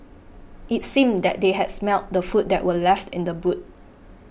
it seemed that they had smelt the food that were left in the boot